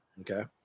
okay